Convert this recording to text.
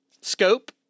scope